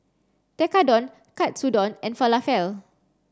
Tekkadon Katsudon and Falafel